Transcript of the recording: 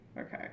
Okay